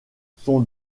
son